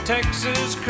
Texas